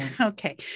Okay